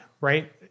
right